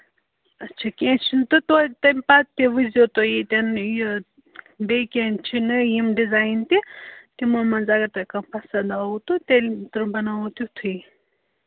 اچھا کیٚنٛہہ چھُنہٕ تہٕ توتہِ تَمہِ پَتہٕ تہِ وٕچھۍ زیو تُہۍ ییٚتٮ۪ن یہِ بیٚیہِ کیٚنٛہہ چھِ نٔے یِم ڈِزایِن تہِ تِمو منٛز اگر تۄہہِ کانٛہہ پَسنٛد آوٕ تہٕ تیٚلہِ تیٚلہِ بَناوو تیُتھُے